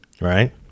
Right